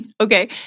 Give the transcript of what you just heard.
Okay